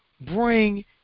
bring